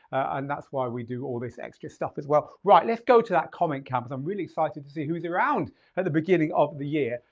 and that's why we do all this extra stuff as well. let's go to that comment cam, coz i'm really excited to see who's around at the beginning of the year.